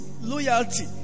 loyalty